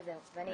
תודה.